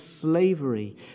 slavery